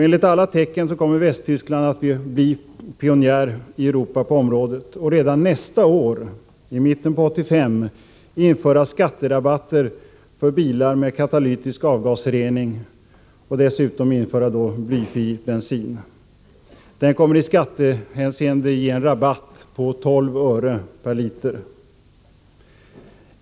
Enligt alla tecken kommer Västtyskland att bli pionjär i Europa på området och redan nästa år, i mitten på år 1985, införa skatterabatter för bilar med katalytisk avgasrening och dessutom införa blyfri bensin, som i skattehänseende kommer att ge en rabatt på 12 öre per liter.